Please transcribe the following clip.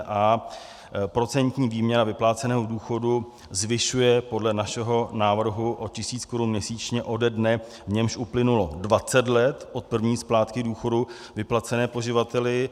a), procentní výměra vypláceného důchodu zvyšuje podle našeho návrhu o tisíc korun měsíčně ode dne, v němž uplynulo 20 let od první splátky důchodu vyplacené poživateli.